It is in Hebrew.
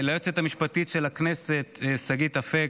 ליועצת המשפטית של הכנסת שגית אפיק,